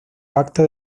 pacto